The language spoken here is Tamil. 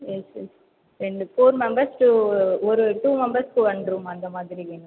எஸ் எஸ் ரெண்டு ஃபோர் மெம்பர்ஸ் டூ ஒரு டூ மெம்பெர்ஸுக்கு ஒன் ரூம் அந்த மாதிரி வேணும்